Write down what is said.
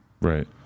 Right